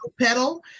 pedal